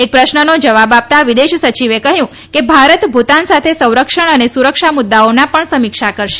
એક પ્રશ્નનો જવાબ આપતા વિદેશ સચિવે કહયું કે ભારત ભુતાન સાથે સંરક્ષણ અને સુરક્ષા મુદૃઓના પણ સમીક્ષા કરશે